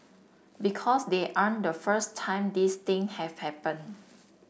because they aren't the first time these thing have happened